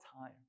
time